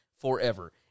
forever